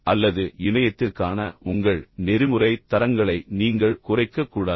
அல்லது இணையத்திற்கான உங்கள் நெறிமுறைத் தரங்களை நீங்கள் குறைக்கக்கூடாது